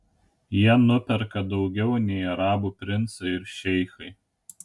jie nuperka daugiau nei arabų princai ir šeichai